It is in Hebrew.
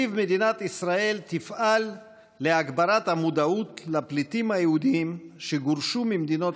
שלפיו מדינת ישראל תפעל להגברת המודעות לפליטים היהודים שגורשו ממדינות